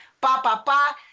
Pa-pa-pa